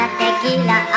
tequila